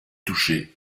touché